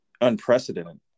unprecedented